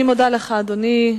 אני מודה לך, אדוני.